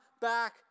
back